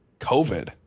COVID